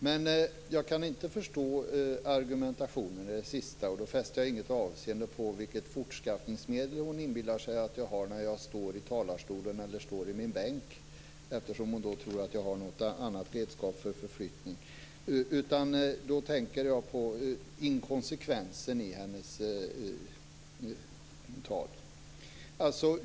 Men jag kan inte förstå den fortsatta argumentationen, och då fäster jag mig inte vid vilket fortskaffningsmedel som Catarina Rönnung inbillar sig att jag har när jag står i talarstolen eller i min bänk, eftersom hon tror att jag har något annat redskap för förflyttning. Jag tänker på inkonsekvensen i Catarina Rönnungs anförande.